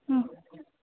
हँ